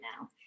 now